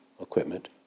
equipment